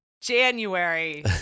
January